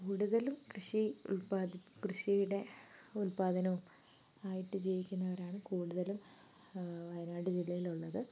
കൂടുതലും കൃഷി ഉൽപ്പാതി കൃഷിയുടെ ഉൽപ്പാദനവും ആയിട്ട് ജീവിക്കുന്നവരാണ് കൂടുതലും വയനാട് ജില്ലയിലുള്ളത്